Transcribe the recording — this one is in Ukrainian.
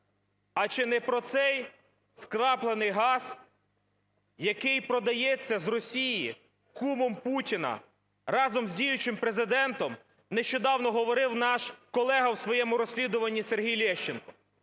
А чи не про цей скраплений газ, який продається з Росії кумом Путіна разом з діючим Президентом, нещодавно говорив наш колега у своєму розслідуванні Сергій Лещенко?